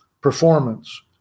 performance